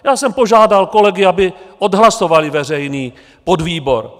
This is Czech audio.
Já jsem požádal kolegy, aby odhlasovali veřejný podvýbor.